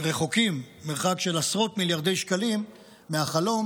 רחוקים מרחק של עשרות מיליארדי שקלים מהחלום